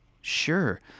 Sure